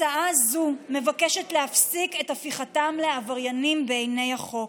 הצעה זו מבקשת להפסיק את הפיכתם לעבריינים בעיני החוק.